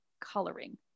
coloring